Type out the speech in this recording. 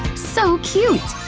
so cute!